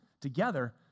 together